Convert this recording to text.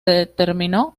determinó